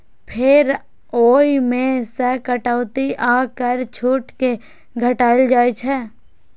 फेर ओइ मे सं कटौती आ कर छूट कें घटाएल जाइ छै